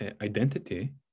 identity